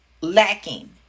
lacking